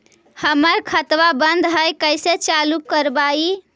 हमर खतवा बंद है कैसे चालु करवाई?